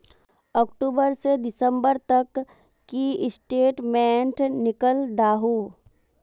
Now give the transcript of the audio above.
अक्टूबर से दिसंबर तक की स्टेटमेंट निकल दाहू?